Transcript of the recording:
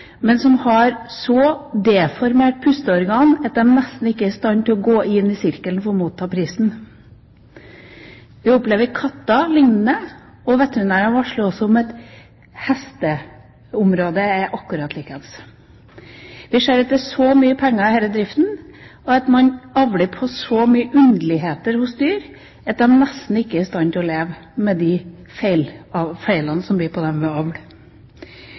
men som kan ha så deformerte pusteorganer at de nesten ikke er i stand til å gå inn i sirkelen for å motta prisen. Vi opplever det samme når det gjelder katter, og veterinærene varsler om at det på hesteområdet er akkurat likedan. Vi ser at det er mye penger i denne driften. Man avler på så mange underligheter hos dyr, at de nesten ikke er i stand til å leve med de feilene som de får ved avl.